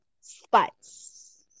spice